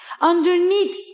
Underneath